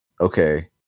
okay